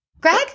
Greg